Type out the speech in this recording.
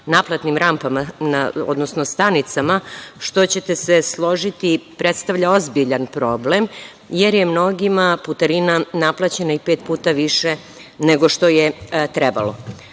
naplatnim radnjama, odnosno stanicama, što ćete se složiti, predstavlja ozbiljan problem jer je mnogima putarina naplaćena i pet puta više nego što je trebalo. Takođe